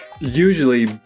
Usually